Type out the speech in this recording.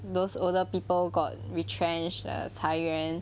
those older people got retrenched 的裁员